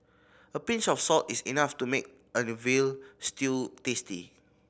a pinch of salt is enough to make an veal stew tasty